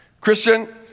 Christian